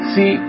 See